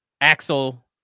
Axel